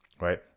right